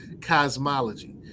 cosmology